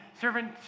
Servant